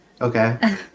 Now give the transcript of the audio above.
okay